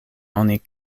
oni